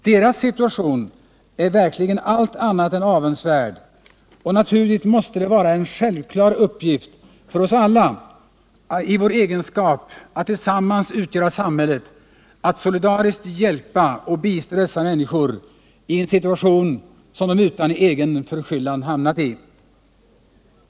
Deras situation är verkligen allt annat än avundsvärd, och naturligtvis måste det vara en självklar uppgift för oss alla i vår egenskap av att tillsammans utgöra samhället att solidariskt hjälpa och bistå dessa människor i en situation som de utan egen förskyllan hamnat i.